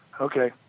Okay